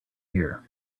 here